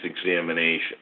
examination